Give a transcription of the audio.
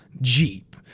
Jeep